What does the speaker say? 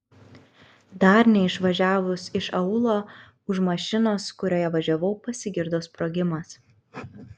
dar neišvažiavus iš aūlo už mašinos kurioje važiavau pasigirdo sprogimas